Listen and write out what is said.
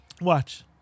Watch